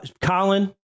Colin